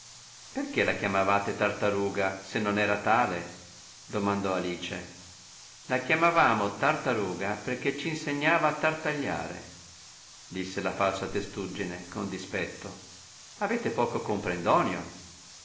tartaruga perchè la chiamavate tartaruga se non era tale domandò alice la chiamavamo tartaruga perchè c'insegnava a tartagliare disse la falsa testuggine con dispetto avete poco comprendonio